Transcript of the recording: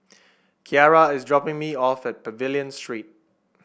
Keara is dropping me off at Pavilion Street